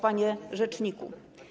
Panie Rzeczniku!